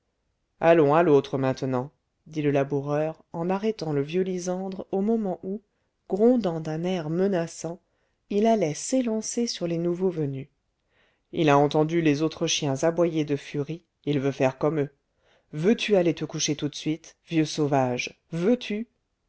allons à l'autre maintenant dit le laboureur en arrêtant le vieux lysandre au moment où grondant d'un air menaçant il allait s'élancer sur les nouveaux venus il a entendu les autres chiens aboyer de furie il veut faire comme eux veux-tu aller te coucher tout de suite vieux sauvage veux-tu